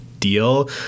deal